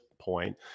point